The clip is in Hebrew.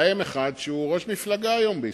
בהם אחד שהוא היום ראש מפלגה בישראל,